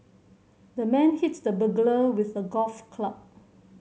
the man hit the burglar with a golf club